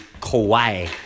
Kauai